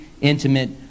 intimate